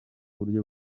buryo